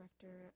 Director